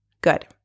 good